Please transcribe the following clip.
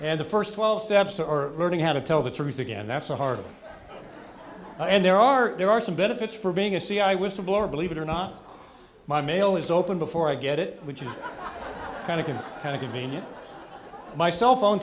and the first twelve steps or learning how to tell the truth again that's a hard and there are there are some benefits for being a c i whistleblower believe it or not my mail is open before i get it which is kind of can kind of convenient my cell phone